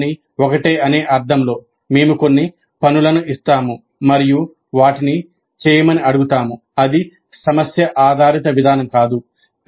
మిగతావన్నీ ఒకటే అనే అర్థంలో మేము కొన్ని పనులను ఇస్తాము మరియు వాటిని చేయమని అడుగుతాము అది సమస్య ఆధారిత విధానం కాదు